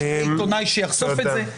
שיהיה עיתונאי שיחשוף את זה.